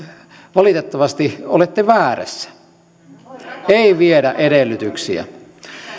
valitettavasti olette väärässä ei viedä edellytyksiä